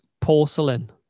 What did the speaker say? porcelain